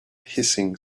hissing